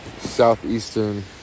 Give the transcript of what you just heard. southeastern